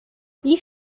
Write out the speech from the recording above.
wie